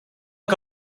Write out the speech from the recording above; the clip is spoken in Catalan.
que